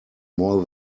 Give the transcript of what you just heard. more